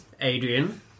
Adrian